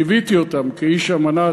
ליוויתי אותם כאיש "אמנה",